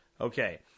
Okay